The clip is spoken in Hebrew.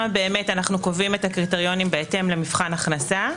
אנחנו קובעים את הקריטריונים לפי מבחן הכנסה.